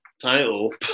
Title